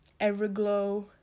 Everglow